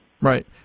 Right